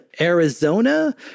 Arizona